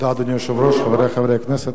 אדוני היושב-ראש, חברי חברי הכנסת,